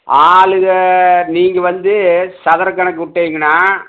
ஆளுங்க நீங்கள் வந்து சதுர கணக்கு விட்டீங்கன்னா